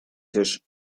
tisch